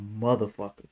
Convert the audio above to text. motherfucker